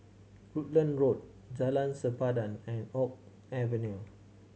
Rutland Road Jalan Sempadan and Oak Avenue